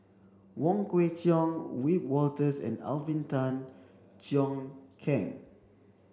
Wong Kwei Cheong Wiebe Wolters and Alvin Tan Cheong Kheng